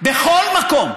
בכל מקום.